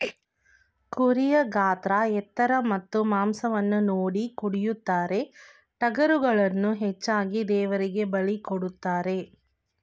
ಕುರಿಯ ಗಾತ್ರ ಎತ್ತರ ಮತ್ತು ಮಾಂಸವನ್ನು ನೋಡಿ ಕಡಿಯುತ್ತಾರೆ, ಟಗರುಗಳನ್ನು ಹೆಚ್ಚಾಗಿ ದೇವರಿಗೆ ಬಲಿ ಕೊಡುತ್ತಾರೆ